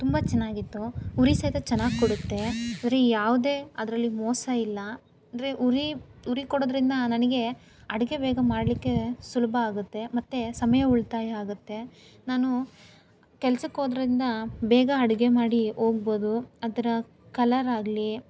ತುಂಬ ಚೆನ್ನಾಗಿತ್ತು ಉರಿ ಸಹಿತ ಚೆನ್ನಾಗಿ ಕೊಡುತ್ತೆ ಉರಿ ಯಾವುದೇ ಅದರಲ್ಲಿ ಮೋಸ ಇಲ್ಲ ಅಂದರೆ ಉರಿ ಉರಿ ಕೊಡೋದರಿಂದ ನನಗೆ ಅಡಿಗೆ ಬೇಗ ಮಾಡಲಿಕ್ಕೆ ಸುಲಭ ಆಗುತ್ತೆ ಮತ್ತು ಸಮಯ ಉಳಿತಾಯ ಆಗುತ್ತೆ ನಾನು ಕೆಲ್ಸಕ್ಕೆ ಹೋಗೋದ್ರಿಂದ ಬೇಗ ಅಡಿಗೆ ಮಾಡಿ ಹೋಗ್ಬೋದು ಅದರ ಕಲರ್ ಆಗಲಿ